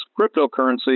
cryptocurrency